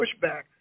pushback